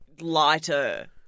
lighter